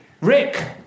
Rick